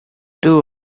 two